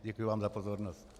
Děkuji vám za pozornost.